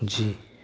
ਜੀ